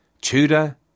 Tudor